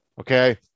Okay